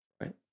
right